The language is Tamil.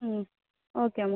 ம் ஓகே மா